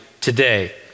today